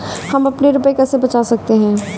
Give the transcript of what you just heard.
हम अपने रुपये कैसे बचा सकते हैं?